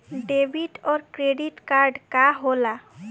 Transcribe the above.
Debit और credit card का होला?